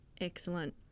Excellent